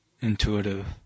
intuitive